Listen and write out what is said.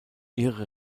ihre